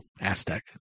Aztec